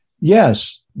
yes